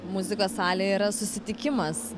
muzikos salė yra susitikimas